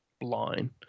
line